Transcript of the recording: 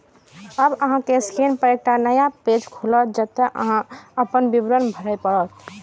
आब अहांक स्क्रीन पर एकटा नया पेज खुलत, जतय अपन विवरण भरय पड़त